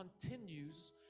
continues